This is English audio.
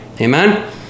amen